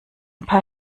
paar